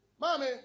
Mommy